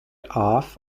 off